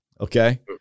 Okay